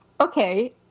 Okay